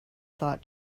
thought